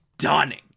stunning